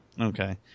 Okay